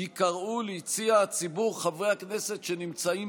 ייקראו ליציע הציבור חברי הכנסת שנמצאים